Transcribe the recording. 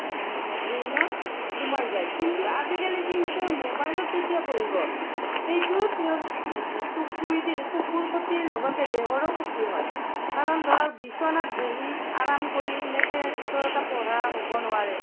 ব্ৰেইনত সোমাই যায় কিন্তু আজিকালি কি হৈছে ম'বাইলত যেতিয়া পঢ়িব সেইটোত তেওঁৰ চকুৰেদি চকুৰ ক্ষতিৰ লগতে দেহৰো ক্ষতি হয় কাৰণ ধৰক বিচনাত বহি আৰাম কৰি এনেকেটো এটা পঢ়া হ'ব নোৱাৰে